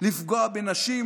לפגוע בנשים,